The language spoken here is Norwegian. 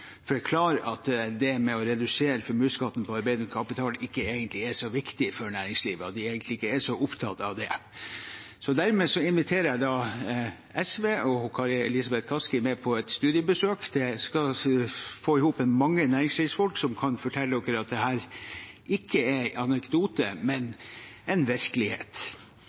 at det å redusere formuesskatten på arbeidende kapital egentlig ikke er så viktig for næringslivet, at de egentlig ikke er så opptatt av det. Så dermed inviterer jeg SV og Kari Elisabeth Kaski med på et studiebesøk, og så skal vi få samlet mange næringslivsfolk som kan fortelle at dette ikke er en anekdote, men virkeligheten. Dette er en